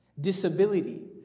disability